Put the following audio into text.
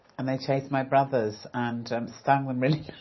and they chased my brothers and stung them really